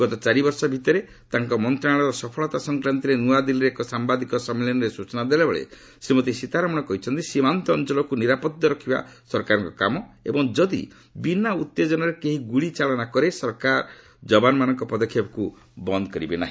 ଗତ ଚାରିବର୍ଷ ଭିତରେ ତାଙ୍କ ମନ୍ତ୍ରଣାଳୟର ସଫଳତା ସଂକ୍ରାନ୍ତରେ ନୂଆଦିଲ୍ଲୀରେ ଏକ ସାମ୍ଭାଦିକ ସମ୍ମିଳନୀରେ ସୂଚନା ଦେଲାବେଳେ ଶ୍ରୀମତୀ ସୀତାରମଣ କହିଛନ୍ତି ସୀମାନ୍ତ ଅଞ୍ଚଳକୁ ନିରାପଦ ରଖିବା ସରକାରଙ୍କ କାମ ଏବଂ ଯଦି ବିନା ଉତ୍ତେଜନାରେ କେହି ଗୁଳିଚାଳନା କରେ ସରକାର ଯବାନମାନଙ୍କ ପଦକ୍ଷେପକୁ ବନ୍ଦ କରିବେ ନାର୍ହି